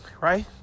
Right